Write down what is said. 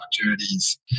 opportunities